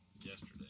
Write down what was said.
yesterday